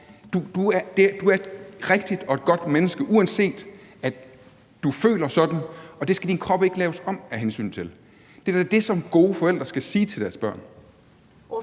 du er et rigtigt og godt menneske, uanset at du føler sådan, som du gør, og det skal din krop ikke laves om på grund af. Det er da det, som gode forældre skal sige til deres børn.